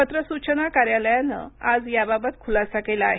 पत्र सूचना कार्यालयानं आज या बाबत खुलासा केला आहे